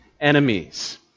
enemies